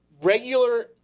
regular